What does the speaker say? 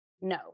no